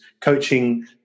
Coaching